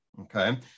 okay